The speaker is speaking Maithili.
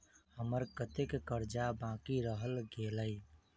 हम्मर कत्तेक कर्जा बाकी रहल गेलइ?